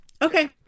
Okay